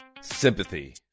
sympathy